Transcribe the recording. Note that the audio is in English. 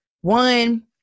one